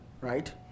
Right